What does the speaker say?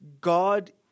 God